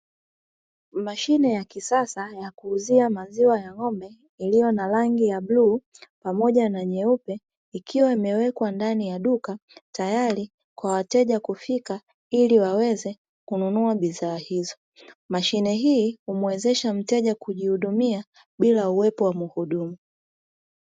Mashine ya kisasa ya kuuzia maziwa ya ng'ombe iliyo na rangi ya bluu pamoja na nyeupe. Ikiwa imewekwa ndani ya duka tayari kwa wateja kufika ili waweze kununua bidhaa hizo. Mashine hii humwezesha mteja kujihudumia bila uwepo wa mhudumu.